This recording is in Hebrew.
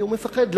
כי נתניהו מפחד,